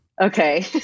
Okay